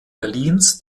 berlins